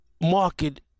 market